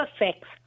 effects